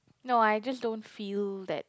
no I just don't feel that